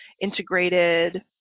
integrated